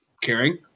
caring